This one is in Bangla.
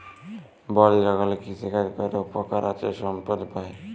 বল জঙ্গলে কৃষিকাজ ক্যরে উপকার আছে সম্পদ পাই